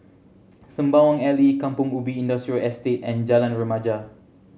Sembawang Alley Kampong Ubi Industrial Estate and Jalan Remaja